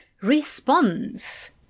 Response